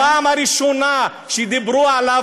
הפעם הראשונה שדיברו עליו,